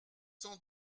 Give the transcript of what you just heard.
sans